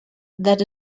that